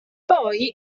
poi